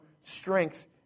strength